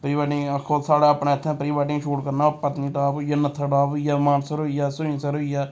pre wedding साढ़े अपने इत्थै प्री वैडिंग शूट करना पत्नीटाप होई गेई नत्थाटाप होई गेआ मानसर होई गेआ सरूंईंसर होई गेआ